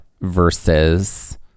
versus